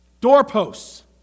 Doorposts